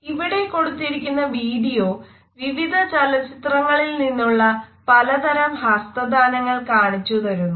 ഇവിടെ കൊടുത്തിരിക്കുന്ന വീഡിയോ വിവിധ ചലച്ചിത്രങ്ങളിൽനിന്നുള്ള പലതരം ഹസ്തദാനങ്ങൾ കാണിച്ചുതരുന്നു